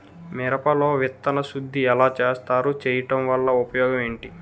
మిరప లో విత్తన శుద్ధి ఎలా చేస్తారు? చేయటం వల్ల ఉపయోగం ఏంటి?